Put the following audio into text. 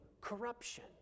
corruption